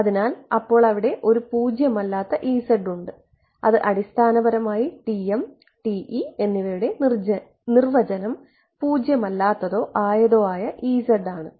അതിനാൽ അപ്പോൾ അവിടെ ഒരു പൂജ്യം അല്ലാത്ത ഉണ്ട് അത് അടിസ്ഥാനപരമായി TM TE എന്നിവയുടെ നിർവചനം പൂജ്യമല്ലാത്തതോ ആയതോ ആയ ആണ്